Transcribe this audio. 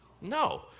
No